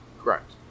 correct